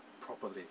properly